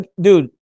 dude